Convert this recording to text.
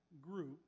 group